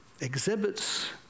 exhibits